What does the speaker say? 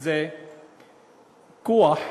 זה כוח,